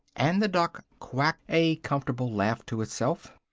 and the duck quacked a comfortable laugh to itself.